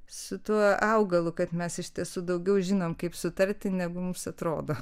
su tuo augalu kad mes iš tiesų daugiau žinom kaip sutarti negu mums atrodo